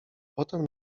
potem